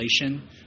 inflation